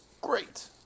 great